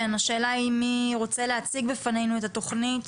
מי רוצה להציג בפנינו את התכנית?